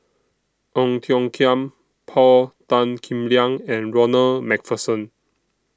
Ong Tiong Khiam Paul Tan Kim Liang and Ronald MacPherson